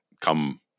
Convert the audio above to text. come